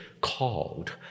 called